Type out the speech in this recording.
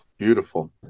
Beautiful